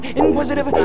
inquisitive